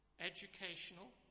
educational